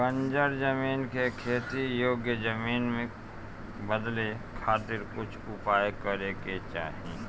बंजर जमीन के खेती योग्य जमीन में बदले खातिर कुछ उपाय करे के चाही